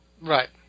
Right